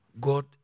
God